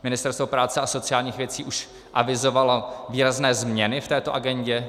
Ministerstvo práce a sociálních věcí už avizovalo výrazné změny v této agendě.